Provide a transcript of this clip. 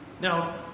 Now